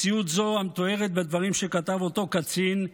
מציאות זו המתוארת בדברים שכתב אותו קצין,